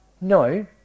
No